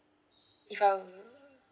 if I'm